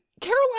Caroline